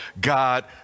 God